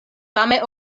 same